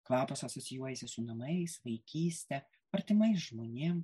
kvapas asocijuojasi su namais vaikyste artimais žmonėms